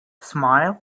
smile